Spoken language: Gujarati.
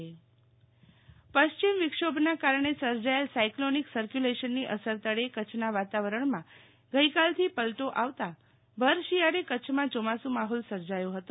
શીતલબેન વૈષ્ણવ હવામાન પશ્ચિમ વિક્ષોભના કારણે સર્જાયેલ સાયકલોનિક સર્કયુલેશનની અસર તળે કચ્છના વાતાવરણમાં ગઈકાલથી પલટો આવતાં ભર શિયાળે કચ્છમાં ચોમાસુ માહોલ સર્જાથો હતો